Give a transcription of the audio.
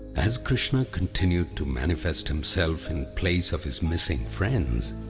as krishna continued to manifest himself in place of his missing friends